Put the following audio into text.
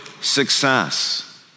success